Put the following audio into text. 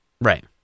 Right